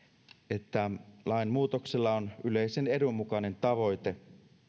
että lainmuutoksella on yleisen edun mukainen tavoite